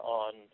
on